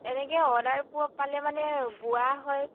এনেকে অৰ্ডাৰ পোৱা পালে মানে বোৱা হয়